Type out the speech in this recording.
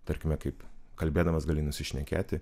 tarkime kaip kalbėdamas gali nusišnekėti